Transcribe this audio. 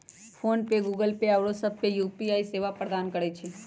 PhonePe, Google Pay आउरो सभ UPI सेवा प्रदान करै छै